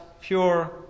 pure